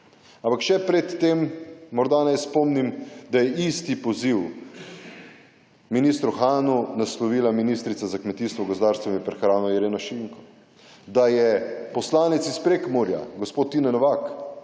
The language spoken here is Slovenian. ampak še pred tem morda naj spomnim, da je isti poziv ministru Hanu naslovila ministrica za kmetijstvo, gozdarstvo in prehrano Ireno Šinko. Da je poslanec iz Prekmurja gospod Tine Novak